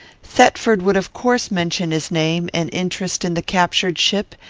thetford would of course mention his name and interest in the captured ship,